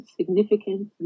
Significant